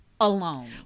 alone